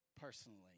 personally